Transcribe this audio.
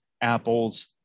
apples